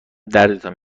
دردتان